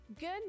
Good